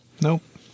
Nope